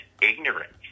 ignorance